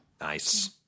Nice